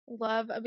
love